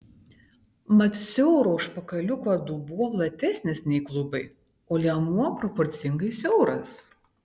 mat siauro užpakaliuko dubuo platesnis nei klubai o liemuo proporcingai siauras